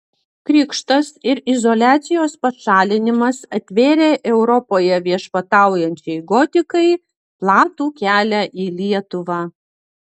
krikštas ir izoliacijos pašalinimas atvėrė europoje viešpataujančiai gotikai platų kelią į lietuvą